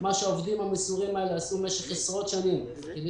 מה שהעובדים המסורים האלה עשו במשך עשרות שנים כדי